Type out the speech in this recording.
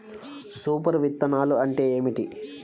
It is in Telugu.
సూపర్ విత్తనాలు అంటే ఏమిటి?